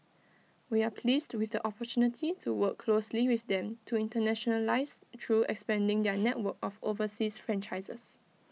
we are pleased with the opportunity to work closely with them to internationalise through expanding their network of overseas franchisees